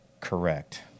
correct